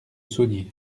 saunier